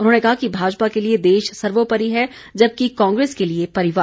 उन्होंने कहा कि भाजपा के लिए देश सर्वोपरि है जबकि कांग्रेस के लिए परिवार